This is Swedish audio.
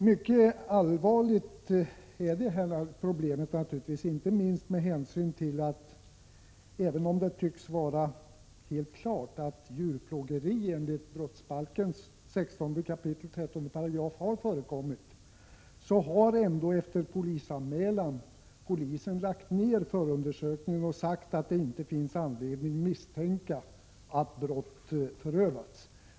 Problemet är naturligtvis mycket allvarligt, inte minst med hänsyn till att även om det tycks vara helt klart att djurplågeri enligt brottsbalken 16 kap. 13 § har förekommit, så har polisen ändå efter polisanmälan lagt ner förundersökningen och sagt att det inte finns anledning misstänka att brott förövats.